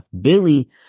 Billy